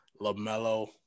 LaMelo